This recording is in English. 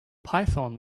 python